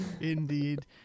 Indeed